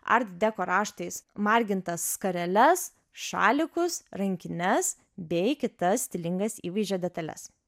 art deco raštais margintas skareles šalikus rankines bei kitas stilingas įvaizdžio detales